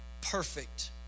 perfect